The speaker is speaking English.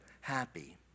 happy